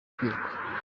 kwiruka